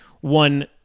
One